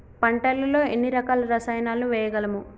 పంటలలో ఎన్ని రకాల రసాయనాలను వేయగలము?